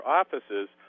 offices